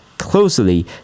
closely